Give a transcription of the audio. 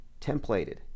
templated